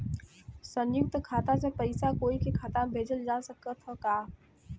संयुक्त खाता से पयिसा कोई के खाता में भेजल जा सकत ह का?